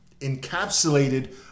encapsulated